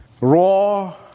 raw